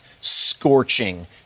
scorching